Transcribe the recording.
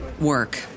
work